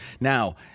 Now